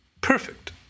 perfect